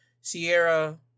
Sierra